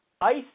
ICE